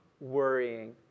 worrying